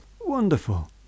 Wonderful